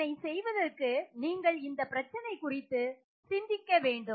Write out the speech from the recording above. இதனை செய்வதற்கு நீங்கள் இந்த பிரச்சனை குறித்து சிந்திக்க வேண்டும்